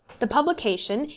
the publication,